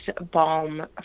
balm